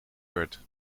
werd